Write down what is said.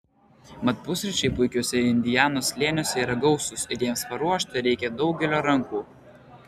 mat pusryčiai puikiuose indianos slėniuose yra gausūs ir jiems paruošti reikia daugelio rankų